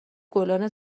گلدان